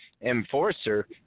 Enforcer